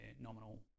nominal